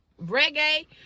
reggae